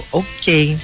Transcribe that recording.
okay